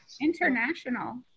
International